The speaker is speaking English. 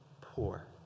poor